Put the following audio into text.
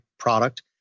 product